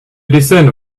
descent